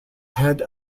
head